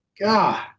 God